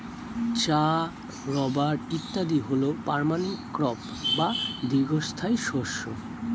চা, রাবার ইত্যাদি হল পার্মানেন্ট ক্রপ বা দীর্ঘস্থায়ী শস্য